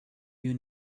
you